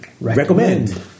recommend